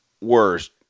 worst